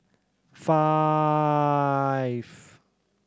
five